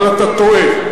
אבל אתה טועה.